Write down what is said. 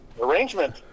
arrangement